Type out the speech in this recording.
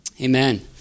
Amen